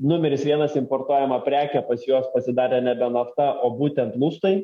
numeris vienas importuojama prekė pas juos pasidarė nebe nafta o būtent lustai